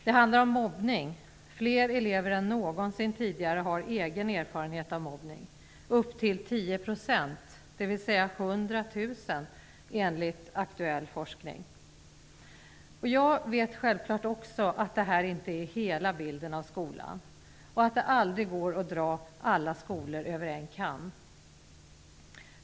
Det handlar om mobbning. Fler elever än någonsin tidigare har egen erfarenhet av mobbning. Enligt aktuell forskning gäller det upp till 10 %, dvs. Jag vet självklart också att det här inte är hela bilden av skolan och att det aldrig går att dra alla skolor över en kam.